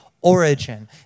origin